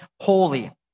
holy